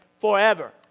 forever